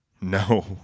No